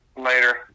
Later